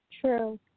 True